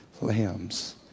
lambs